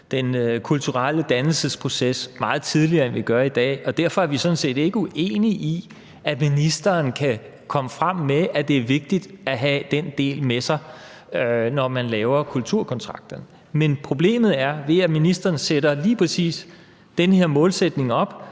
den kulturelle dannelsesproces meget tidligere, end vi gør i dag. Derfor er vi sådan set ikke uenige i, at ministeren kan komme frem med, at det er vigtigt at have den del med, når man laver kulturkontrakterne. Men problemet er, at ved at ministeren sætter lige præcis den her målsætning op,